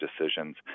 decisions